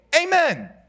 amen